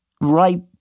right